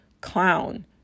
clown